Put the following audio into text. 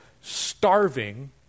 starving